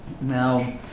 Now